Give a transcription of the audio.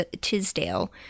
Tisdale